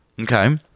okay